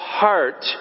heart